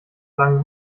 lang